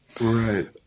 right